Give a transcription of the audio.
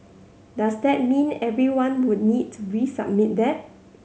does that mean everyone would need to resubmit that